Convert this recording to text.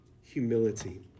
humility